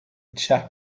chap